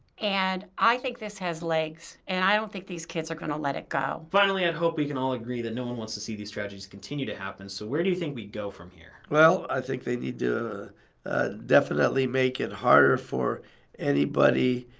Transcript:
and i think this has legs and i don't think these kids are going to let it go. finally, i'd hope we can all agree that no one wants to see these tragedies continue to happen, so where do you think we go from here? well, i think they need to definitely make it harder for anybody